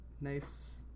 Nice